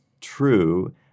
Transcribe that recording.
true